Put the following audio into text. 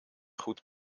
goed